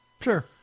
Sure